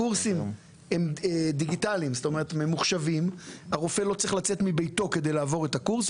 הקורסים הם דיגיטליים; הרופא לא צריך לצאת מביתו כדי לעבור את הקורס,